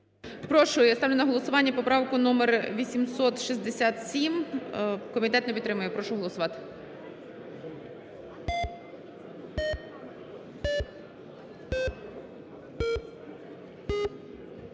Прошу. Я ставлю на голосування поправку номер 867. Комітет не підтримує. Прошу голосувати.